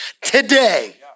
today